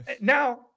now